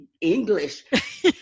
English